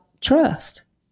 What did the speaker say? trust